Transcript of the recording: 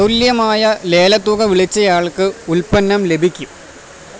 അതുല്യമായ ലേലത്തുക വിളിച്ചയാൾക്ക് ഉൽപ്പന്നം ലഭിക്കും